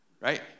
right